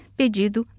pedido